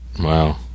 Wow